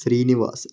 Srinivas